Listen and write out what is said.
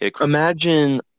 Imagine